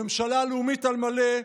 ממשלה לאומית על מלא,